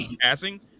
passing